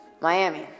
Miami